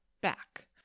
back